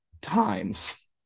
times